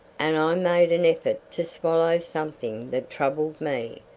and i made an effort to swallow something that troubled me,